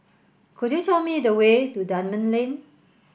could you tell me the way to Dunman Lane